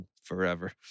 forever